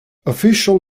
official